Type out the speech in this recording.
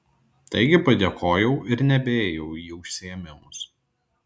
taigi padėkojau ir nebeėjau į užsiėmimus